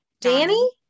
Danny